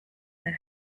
that